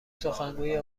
سخنگوی